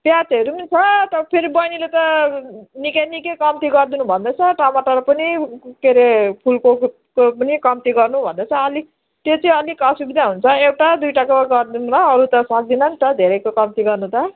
प्याजहरू पनि छ तर फेरि बहिनीले त निकै निकै कम्ती गरिदिनु भन्दैछ टमाटर पनि के अरे फुलको पनि कम्ती गर्नु भन्दैछ अलिक त्यो चाहिँ अलिक असुविधा हुन्छ एउटा दुईवटाको गरिदिउँला अरू त सक्दिनँ नि त धेरैको कम्ती गर्नु त